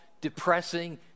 depressing